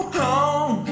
home